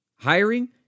Hiring